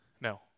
No